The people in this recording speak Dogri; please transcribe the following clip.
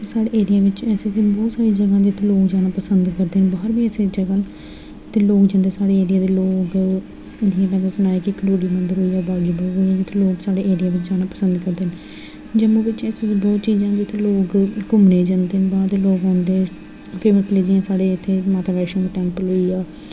साढ़े एरिया बिच ऐसे ऐसे बहोत सारी जगहां न जि'त्थें लोग जाना पसंद करदे न बाहर बी ऐसियां जगह न जि'त्थें साढ़े एरिया दे लोक जि'यां में तुसें गी सनाया की कंडोली मंदर होइया बाग ए बाहु होइया जि'त्थें लोग साढ़े एरिया दे जाना पसंद करदे न जम्मू बिच ऐसी बहोत चीज़ां न जि'त्थें लोग घूमने ई जंदे न बाह्र दे लोग औंदे फेमस प्लेस जि'यां साढ़े इ'त्थें माता वैष्णो टेंपल